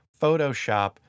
Photoshop